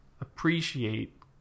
appreciate